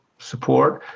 support.